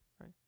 right